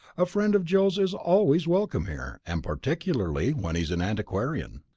a friend of joe's is always welcome here, and particularly when he's an antiquarian.